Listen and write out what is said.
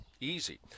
easy